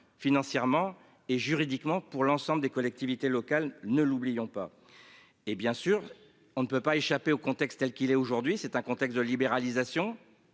financièrement et juridiquement pour l'ensemble des collectivités locales, ne l'oublions pas. Et bien sûr on ne peut pas échapper au contexte tels qu'il est aujourd'hui c'est un contexte de libéralisation